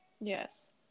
Yes